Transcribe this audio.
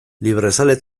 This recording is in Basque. librezale